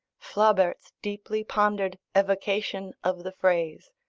flaubert's deeply pondered evocation of the phrase,